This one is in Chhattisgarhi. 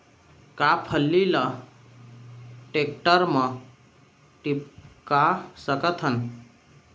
का फल्ली ल टेकटर म टिपका सकथन?